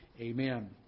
Amen